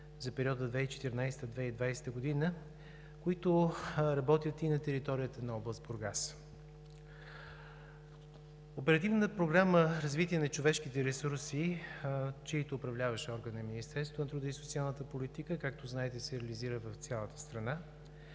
за периода 2014 – 2020 г., които работят и на територията на област Бургас. Оперативна програма „Развитие на човешките ресурси“, чийто управляващ орган е Министерството на труда и социалната политика, както знаете, се реализира в цялата страна,